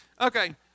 okay